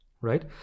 right